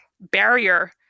barrier